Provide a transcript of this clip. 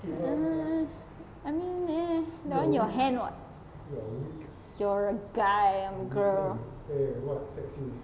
err I mean that [one] your hand [what] you're a guy I'm girl